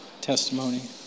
testimony